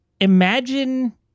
imagine